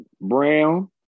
Brown